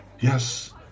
Yes